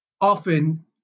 often